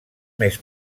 més